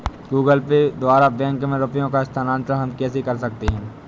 Google Pay द्वारा bank में रुपयों का स्थानांतरण हम कैसे कर सकते हैं?